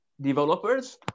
developers